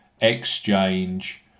exchange